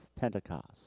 Pentecost